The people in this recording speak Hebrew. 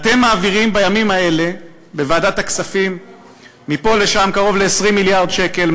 אתם מעבירים בימים האלה בוועדת הכספים מפה לשם קרוב ל-20 מיליארד שקל,